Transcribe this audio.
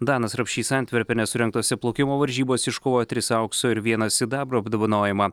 danas rapšys antverpene surengtose plaukimo varžybose iškovojo tris aukso ir vieną sidabro apdovanojimą